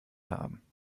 haben